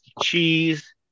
cheese